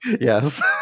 Yes